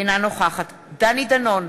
אינה נוכחת דני דנון,